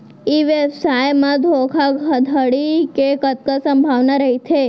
ई व्यवसाय म धोका धड़ी के कतका संभावना रहिथे?